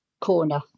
corner